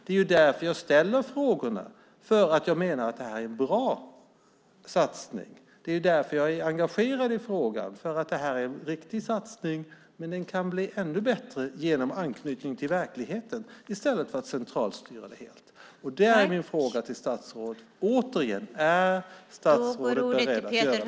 Det är därför som jag ställer frågorna, för att jag menar att detta är en bra satsning. Det är därför som jag är engagerad i frågan, därför att detta är en riktig satsning. Men den kan bli ännu bättre genom anknytning till verkligheten i stället för att den centralstyrs helt. Då är min fråga till statsrådet återigen: Är statsrådet beredd att göra detta?